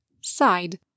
Side